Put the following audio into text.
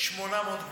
800 גברים.